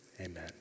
Amen